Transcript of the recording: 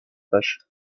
taches